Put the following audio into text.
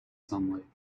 sunlight